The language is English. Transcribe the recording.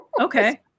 Okay